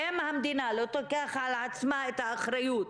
אם המדינה לא תיקח על עצמה את האחריות